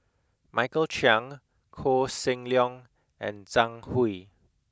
Michael Chiang Koh Seng Leong and Zhang Hui